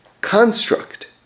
construct